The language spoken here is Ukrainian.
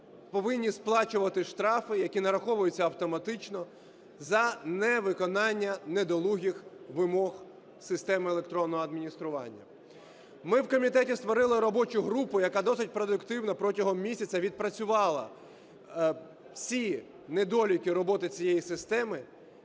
повинні сплачувати штрафи, які нараховуються автоматично за невиконання недолугих вимог системи електронного адміністрування. Ми в комітеті створили робочу групу, яка досить продуктивно протягом місяця відпрацювала всі недоліки роботи цієї системи,